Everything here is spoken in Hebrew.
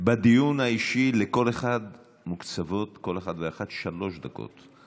בדיון האישי מוקצבות לכל אחת ואחד שלוש דקות.